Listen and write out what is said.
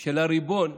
של הריבון,